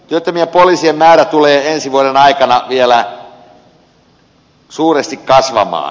työttömien poliisien määrä tulee ensi vuoden aikana vielä suuresti kasvamaan